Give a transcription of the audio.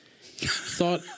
thought